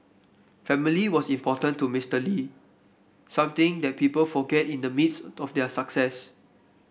family was important to Mister Lee something that people forget in the midst of their success